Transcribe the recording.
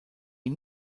les